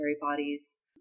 bodies